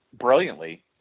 brilliantly